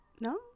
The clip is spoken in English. No